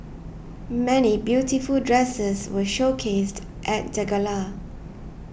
many beautiful dresses were showcased at the gala